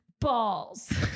balls